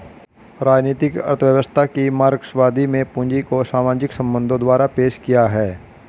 राजनीतिक अर्थव्यवस्था की मार्क्सवादी में पूंजी को सामाजिक संबंधों द्वारा पेश किया है